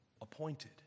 appointed